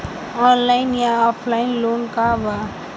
Online या offline loan का बा?